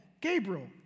Gabriel